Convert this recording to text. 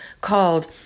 called